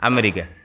America